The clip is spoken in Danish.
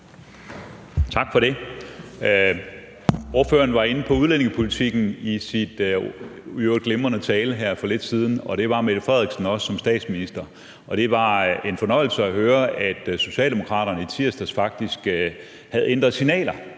Tak for det. Ordføreren var inde på udlændingepolitikken i sin i øvrigt glimrende tale her for lidt siden, og det var fru Mette Frederiksen også som statsminister. Det var en fornøjelse at høre, at Socialdemokraterne i tirsdags faktisk havde ændret signaler